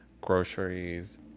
groceries